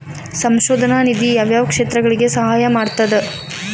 ಸಂಶೋಧನಾ ನಿಧಿ ಯಾವ್ಯಾವ ಕ್ಷೇತ್ರಗಳಿಗಿ ಸಹಾಯ ಮಾಡ್ತದ